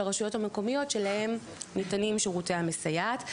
הרשויות המקומיות שלהן ניתנים שירותי המסייעת.